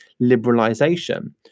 liberalisation